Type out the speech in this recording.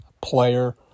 player